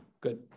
Good